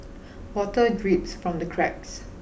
water drips from the cracks